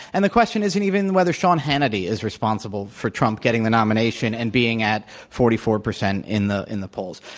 and the question isn't even whether sean hannity is responsible for trump getting the nomination and being at forty four percent in the in the polls.